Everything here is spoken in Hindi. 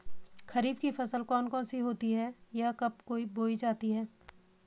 खरीफ की फसल कौन कौन सी होती हैं यह कब बोई जाती हैं?